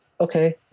okay